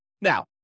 Now